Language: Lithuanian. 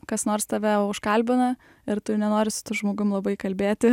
kas nors tave užkalbina ir tu nenori su tu žmogum labai kalbėti